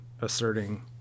asserting